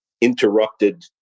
interrupted